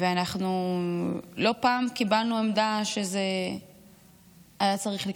ואנחנו לא פעם קיבלנו עמדה שזה היה צריך לקרות.